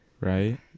Right